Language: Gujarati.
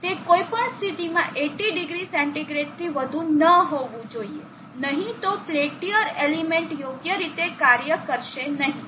તે કોઈ પણ સ્થિતિમાં 800 સેન્ટિગ્રેડથી વધુ ન હોવું જોઈએ નહીં તો પેલ્ટીઅર એલિમેન્ટ યોગ્ય રીતે કાર્ય કરશે નહીં